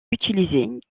utilisée